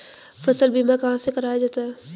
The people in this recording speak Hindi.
फसल बीमा कहाँ से कराया जाता है?